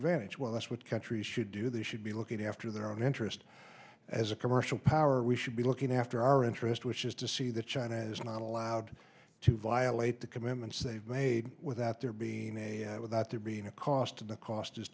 advantage well that's what countries should do they should be looking after their own interest as a commercial power we should be looking after our interest which is to see that china is not allowed to violate the commitments they've made without there being without there being a cost to the cost is